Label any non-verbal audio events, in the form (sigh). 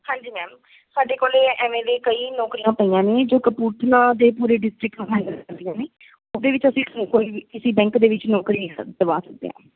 ਹਾਂਜੀ ਮੈਮ ਸਾਡੇ ਕੋਲ ਐਵੇਂ ਦੇ ਕਈ ਨੌਕਰੀਆਂ ਪਈਆਂ ਨੇ ਜੋ ਕਪੂਰਥਲਾ ਦੇ ਪੂਰੇ ਡਿਸਟ੍ਰਿਕਟ (unintelligible) ਨੇ ਉਹਦੇ ਵਿੱਚ ਅਸੀਂ (unintelligible) ਕੋਈ ਵੀ ਕਿਸੀ ਬੈਂਕ ਦੇ ਵਿੱਚ ਨੌਕਰੀ ਦਵਾ ਸਕਦੇ ਹਾਂ